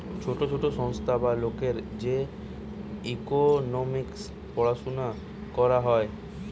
ছোট ছোট সংস্থা বা লোকের যে ইকোনোমিক্স পড়াশুনা করা হয়